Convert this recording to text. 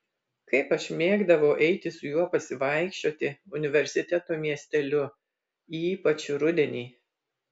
kaip aš mėgdavau eiti su juo pasivaikščioti universiteto miesteliu ypač rudenį